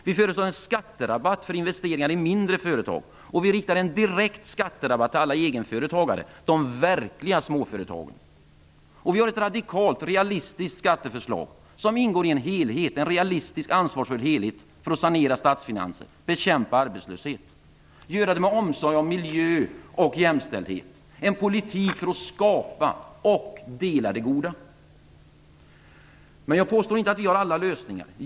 Vi föreslår en skatterabatt för investeringar i mindre företag, och vi riktar en direkt skatterabatt till alla egenföretagare, de verkliga småföretagen. Vi har ett radikalt och realistiskt skatteförslag som ingår i en ansvarsfull helhet för att sanera statsfinanserna och bekämpa arbetslösheten, och göra det med omsorg om miljö och jämställdhet. En politik för att skapa och dela det goda. Men jag påstår inte att vi har alla lösningar.